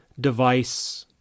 device